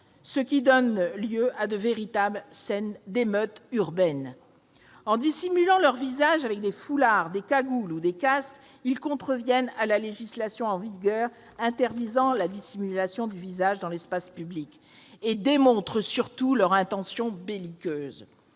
ce qui donne lieu à de véritables scènes d'émeutes urbaines. En dissimulant leurs visages avec des foulards, des cagoules ou des casques, les membres de ces groupes contreviennent à la législation en vigueur, qui interdit la dissimulation du visage dans l'espace public. Ils démontrent surtout leurs intentions belliqueuses.